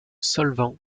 solvant